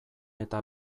eta